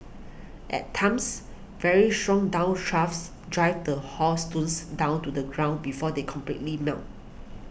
at times very strong drive the hailstones down to the ground before they completely melt